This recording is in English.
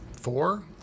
four